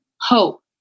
hope